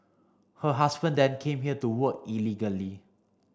her husband then came here to work illegally